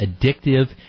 addictive